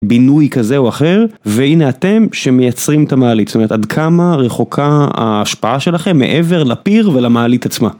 בינוי כזה או אחר, והנה אתם שמייצרים את המעלית, זאת אומרת, עד כמה רחוקה ההשפעה שלכם מעבר לפיר ולמעלית עצמה.